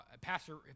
pastor